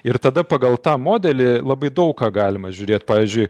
ir tada pagal tą modelį labai daug ką galima žiūrėt pavyzdžiui